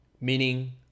meaning